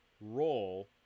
roll